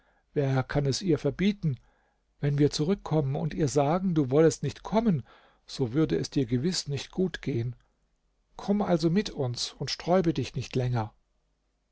wer kann es ihr verbieten wenn wir zurückkommen und ihr sagen du wollest nicht kommen so würde es dir gewiß nicht gut gehen komm also mit uns und sträube dich nicht länger